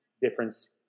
difference